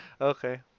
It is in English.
Okay